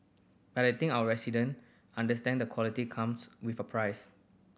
but I think our resident understand that quality comes with a price